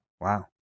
Wow